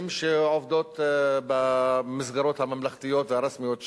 שעובדות במסגרות הממלכתיות והרשמיות שם.